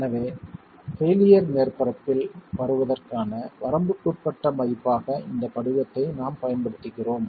எனவே பெயிலியர் மேற்பரப்பில் வருவதற்கான வரம்புக்குட்பட்ட மதிப்பாக இந்த படிவத்தை நாம் பயன்படுத்துகிறோம்